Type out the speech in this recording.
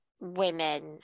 women